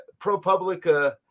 ProPublica